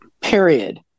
period